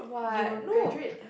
you are graduate